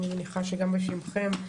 אני מניחה שגם בשמכם,